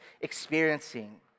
experiencing